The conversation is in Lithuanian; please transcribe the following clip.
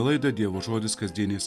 laidą dievo žodis kasdieniais